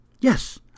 Yes